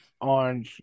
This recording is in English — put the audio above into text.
on